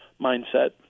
mindset